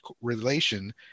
relation